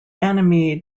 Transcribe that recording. anime